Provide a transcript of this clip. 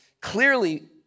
clearly